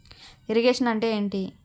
Irrigation అంటే ఏంటీ?